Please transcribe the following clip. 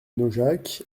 naujac